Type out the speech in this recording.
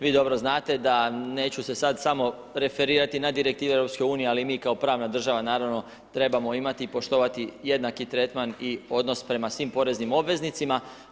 Vi dobro znate da neću se sad samo referirati na direktive EU, ali mi kao pravna država naravno trebamo imati i poštovati jednaki tretman i odnos prema svim poreznim obveznicima.